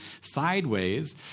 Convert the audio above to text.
sideways